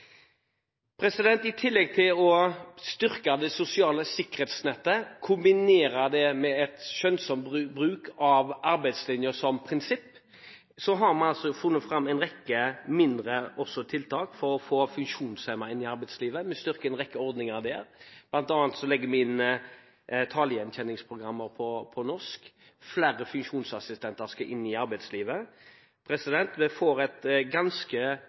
I tillegg til å styrke det sosiale sikkerhetsnettet og kombinere det med en skjønnsom bruk av arbeidslinjen som prinsipp har vi funnet fram en rekke mindre tiltak for å få funksjonshemmede inn i arbeidslivet. Vi styrker en rekke ordninger der, bl.a. legger vi inn talegjenkjenningsprogrammer på norsk, og flere funksjonsassistenter skal inn i arbeidslivet. Vi får et ganske